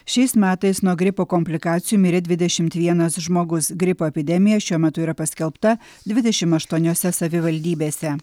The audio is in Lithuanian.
šiais metais nuo gripo komplikacijų mirė dvidešimt vienas žmogus gripo epidemija šiuo metu yra paskelbta dvidešimt aštuoniose savivaldybėse